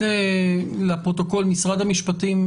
משרד המשפטים,